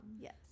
Yes